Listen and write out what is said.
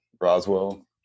Roswell